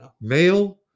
Male